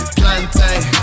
plantain